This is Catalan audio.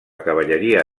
cavalleria